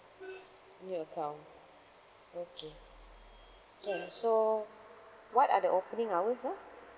new account okay K so what are the opening hours ah